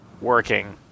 working